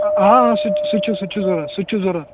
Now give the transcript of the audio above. آ آ سُہ تہِ چھِ سُہ تہِ چھِ ضروٗرَت سُہ تہِ چھِ ضروٗرَت